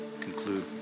conclude